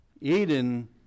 Eden